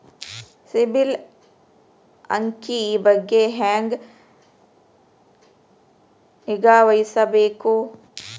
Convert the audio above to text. ಸಿಬಿಲ್ ಅಂಕಿ ಬಗ್ಗೆ ಹೆಂಗ್ ನಿಗಾವಹಿಸಬೇಕು?